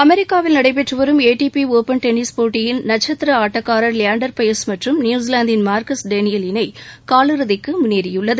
அமெரிக்காவில் நடைபெற்று வரும் ஏடியி ஒபன் டென்னிஸ் போட்டியில் நட்சத்திர ஆட்டக்காரர் லியாண்டர் பயஸ் மற்றும் நியூசிலாந்தின் மார்கஸ் டேனியல் இணை காலிறுதிக்கு முன்னேறியுள்ளது